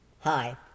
Hi